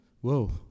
Whoa